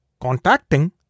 contacting